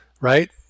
right